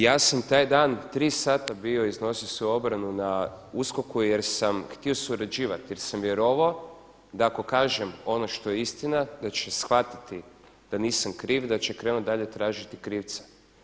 Ja sam taj dan tri sata bio iznosio svoju obranu na USKOK-u jer sam htio surađivati jer sam vjerovao da ako kažem ono što je istina da će shvatiti da nisam kriv, da će krenuti dalje tražiti krivca.